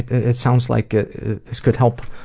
it sounds like it could help